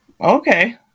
okay